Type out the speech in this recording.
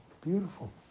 Beautiful